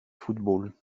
football